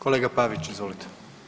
Kolega Pavić, izvolite.